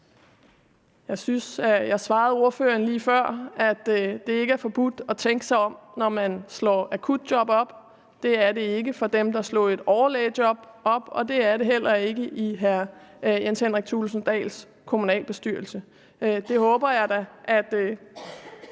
Jeg synes, at jeg svarede ordføreren lige før, at det ikke er forbudt at tænke sig om, når man slår akutjob op. Det er det ikke for dem, der slog et overlægejob op, og det er det heller ikke i hr. Jens Henrik Thulesen Dahls kommunalbestyrelse. Det håber jeg da at